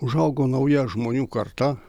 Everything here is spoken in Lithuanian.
užaugo nauja žmonių karta